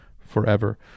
forever